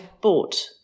Bought